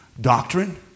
doctrine